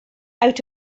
out